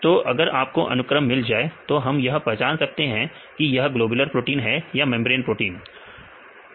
तो अगर हमको अनुक्रम मिल जाए तो हम यह पहचान सकते हैं कि यह ग्लोबलर प्रोटीन है या मेंब्रेन प्रोटीन है